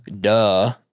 Duh